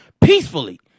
peacefully